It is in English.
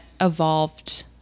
evolved